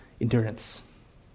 endurance